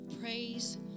praise